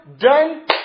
Done